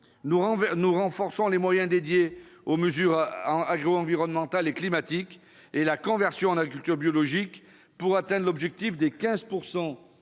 Nous renforçons les moyens dédiés aux mesures agroenvironnementales et climatiques, ainsi qu'à la conversion à l'agriculture biologique, en vue d'atteindre l'objectif de 15